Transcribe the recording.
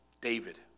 David